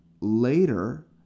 later